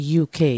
UK